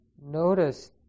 notice